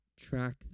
track